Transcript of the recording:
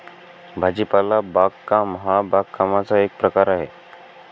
भाजीपाला बागकाम हा बागकामाचा एक प्रकार आहे